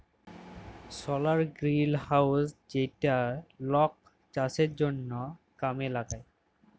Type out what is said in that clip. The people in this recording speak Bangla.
সলার গ্রিলহাউজ যেইটা লক চাষের জনহ কামে লাগায়